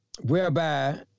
whereby